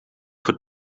voor